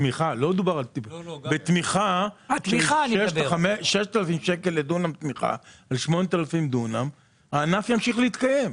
תמיכה לדונם הענף ימשיך להתקיים.